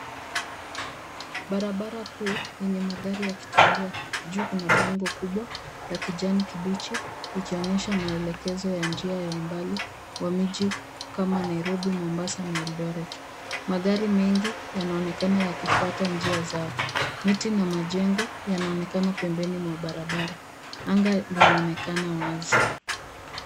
Barabara kuu yenye magari yakitembea, juu kuna bango kubwa la kijani kibichi likionyesha maelekezo ya njia ya umbali wa miji kama: Nairobi, Mombassa, Eldoret. Magari mengi yanaonekana yakifuata njia zao. Miti na majengo yanaonekana pembeni mwa barabara. Anga linaonekana wazi.